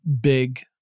big